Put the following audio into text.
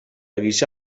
giza